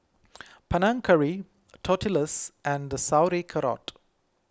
Panang Curry Tortillas and Sauerkraut